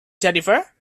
jennifer